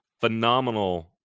phenomenal